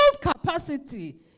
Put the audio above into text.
capacity